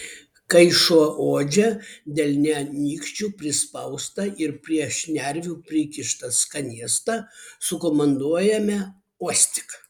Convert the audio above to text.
kai šuo uodžia delne nykščiu prispaustą ir prie šnervių prikištą skanėstą sukomanduojame uostyk